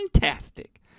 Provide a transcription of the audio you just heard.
Fantastic